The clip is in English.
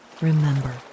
Remember